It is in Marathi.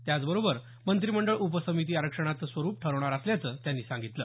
त्याचबरोबर मंत्रिमंडळ उपसमिती आरक्षणाचं स्वरूप ठरवणार असल्याचं त्यांनी सांगितलं